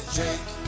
jake